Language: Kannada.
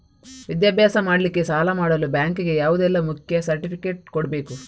ವಿದ್ಯಾಭ್ಯಾಸ ಮಾಡ್ಲಿಕ್ಕೆ ಸಾಲ ಮಾಡಲು ಬ್ಯಾಂಕ್ ಗೆ ಯಾವುದೆಲ್ಲ ಮುಖ್ಯ ಸರ್ಟಿಫಿಕೇಟ್ ಕೊಡ್ಬೇಕು?